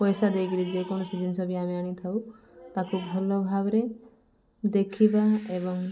ପଇସା ଦେଇକିରି ଯେକୌଣସି ଜିନିଷ ବି ଆମେ ଆଣିଥାଉ ତାକୁ ଭଲ ଭାବରେ ଦେଖିବା ଏବଂ